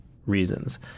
reasons